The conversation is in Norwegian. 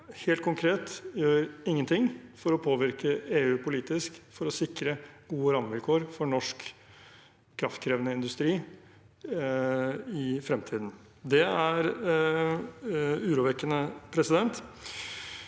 helt konkret ikke gjør noen ting for å påvirke EU politisk for å sikre gode rammevilkår for norsk kraftkrevende industri i fremtiden. Det er urovekkende, men det